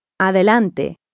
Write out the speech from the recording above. Adelante